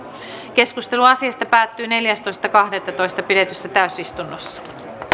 keskustelu asiasta päättyi neljästoista kahdettatoista kaksituhattaviisitoista pidetyssä täysistunnossa